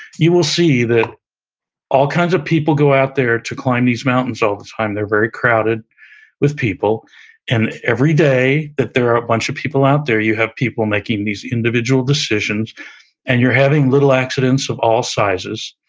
you will see that all kinds of people go out there to climb these mountains all the time, they're very crowded with people and every day, that there are a bunch of people out there, you have people making these individual decisions and you're having little accidents of all sizes,